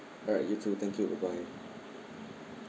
alright you too thank you bye bye